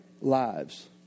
lives